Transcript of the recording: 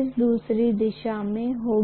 उस दूसरी दिशा में होंगी